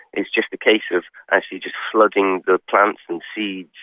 it's just a case of actually just flooding the plants and seeds.